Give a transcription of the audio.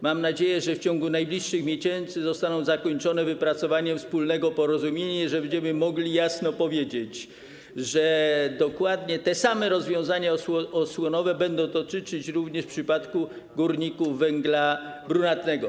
Mam nadzieję, że w ciągu najbliższych miesięcy zostaną one zakończone wypracowaniem wspólnego porozumienia i że będziemy mogli jasno powiedzieć, że dokładnie te same rozwiązania osłonowe będą dotyczyły również górników węgla brunatnego.